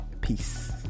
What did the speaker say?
peace